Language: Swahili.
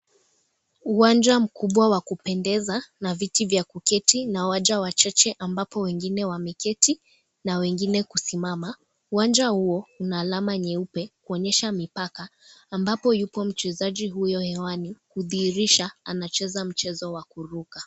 Uwanja mkubwa wa kupendeza na viti vya kuketi na waja wachache ambapo wengine wameketi na wengine kusimama . Uwanja huo una alama nyeupe kuonyesha mipaka ambapo yupo mchezaji huyo hewani kudhihirisha anacheza mchezo wa kuruka.